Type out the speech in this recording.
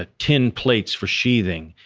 ah tin plates for sheathing,